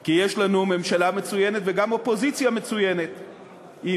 כי יש לנו ממשלה מצוינת וגם אופוזיציה מצוינת עם,